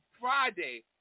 Friday